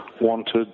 wanted